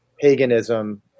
paganism